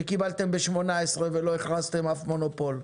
שקיבלתם ב-18' ולא הכרזתם אף מונופול.